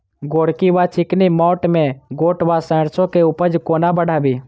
गोरकी वा चिकनी मैंट मे गोट वा सैरसो केँ उपज कोना बढ़ाबी?